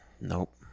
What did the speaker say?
Nope